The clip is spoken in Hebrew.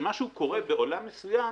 כשמשהו קורה בעולם מסוים,